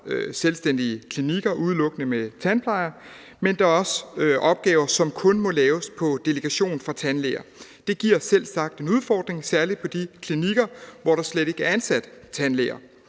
selvstændige klinikker udelukkende med tandplejere, men der er også opgaver, som kun må laves på delegation fra tandlæger. Det giver selvsagt en udfordring, særlig på de klinikker, hvor der slet ikke er ansat tandlæger,